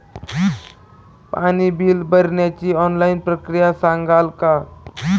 पाणी बिल भरण्याची ऑनलाईन प्रक्रिया सांगाल का?